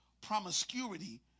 Promiscuity